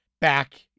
back